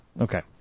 Okay